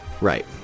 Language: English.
Right